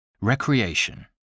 Recreation